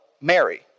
mary